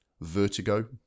Vertigo